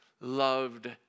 loved